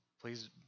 please